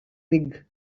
pig